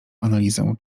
analizę